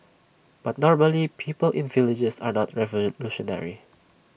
but normally people in villages are not revolutionary